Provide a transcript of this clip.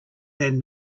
than